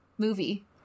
movie